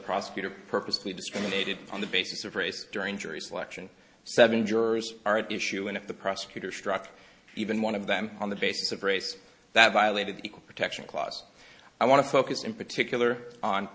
prosecutor purposely discriminated on the basis of race during jury selection seven jurors are at issue and if the prosecutor struck even one of them on the basis of race that violated the equal protection clause i want to focus in particular on